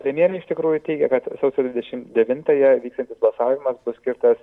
premjerė iš tikrųjų teigia kad sausio dvidešim devintąją vyksiantis balsavimas bus skirtas